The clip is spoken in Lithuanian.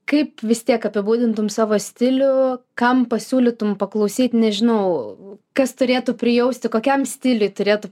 kaip vis tiek apibūdintum savo stilių kam pasiūlytum paklausyti nežinau kas turėtų prijausti kokiam stiliui turėtų